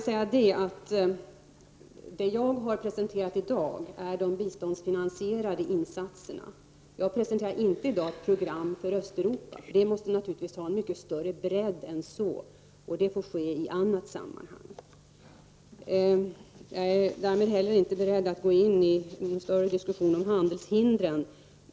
Vad jag har presenterat i dag är de biståndsfinansierade insatserna. Jag presenterar inte i dag ett program för Östeuropa, för det måste naturligtvis ha en mycket större bredd, och det får ske i annat sammanhang. Jag är därmed inte heller beredd att gå in i någon större diskussion om handelshindren.